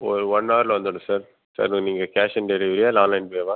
ஒரு ஒன் அவரில் வந்துடும் சார் சார் நீங்கள் கேஷ் ஆன் டெலிவரியா இல்லை ஆன்லைன் பேவா